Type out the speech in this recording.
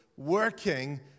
working